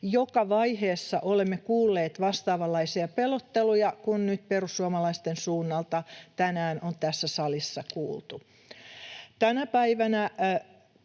vaiheessa olemme kuulleet vastaavanlaisia pelotteluja kuin nyt perussuomalaisten suunnalta tänään on tässä salissa kuultu. Tänä päivänä